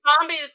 zombies